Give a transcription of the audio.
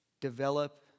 develop